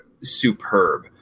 superb